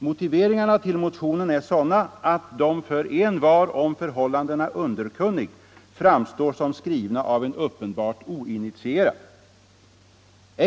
Motiveringarna till motionen är sådana att de för envar om förhållandena underkunnig framstår som skrivna av en uppenbart oinitierad.